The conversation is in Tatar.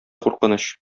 куркыныч